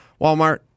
Walmart